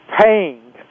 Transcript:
paying